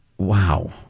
Wow